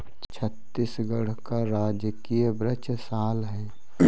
छत्तीसगढ़ का राजकीय वृक्ष साल है